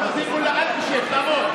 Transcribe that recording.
פטין מולא, אל תשב, תעמוד.